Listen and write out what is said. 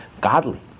godly